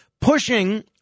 pushing